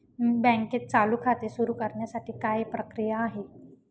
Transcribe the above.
बँकेत चालू खाते सुरु करण्यासाठी काय प्रक्रिया आहे?